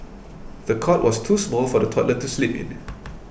the cot was too small for the toddler to sleep in